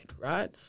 right